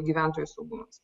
gyventojų saugumas